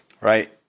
right